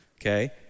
okay